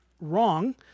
wrong